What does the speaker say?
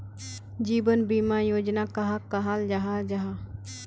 जीवन बीमा योजना कहाक कहाल जाहा जाहा?